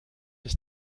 ist